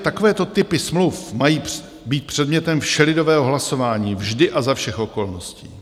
Takovéto typy smluv mají být předmětem všelidového hlasování vždy a za všech okolností.